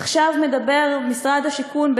עכשיו מדבר משרד השיכון,